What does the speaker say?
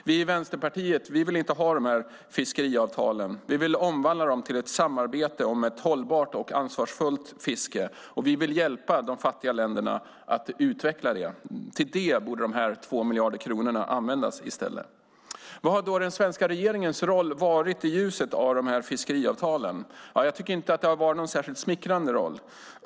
Vi i Vänsterpartiet vill inte ha de här fiskeavtalen. Vi vill omvandla dem till ett samarbete om ett hållbart och ansvarsfullt fiske, och vi vill hjälpa de fattiga länderna att utveckla det. Till det borde dessa 2 miljarder kronor användas i stället. Vad har då den svenska regeringens roll varit i ljuset av de här fiskeavtalen? Jag tycker inte att det har varit någon särskilt smickrande roll.